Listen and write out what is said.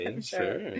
Sure